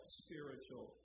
spiritual